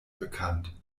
bekannt